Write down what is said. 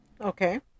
okay